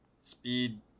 Speed